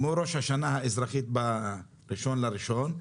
כמו ראש השנה האזרחית ב-1 בינואר,